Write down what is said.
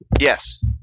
Yes